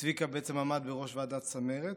צביקה עמד בראש ועדת צמרת,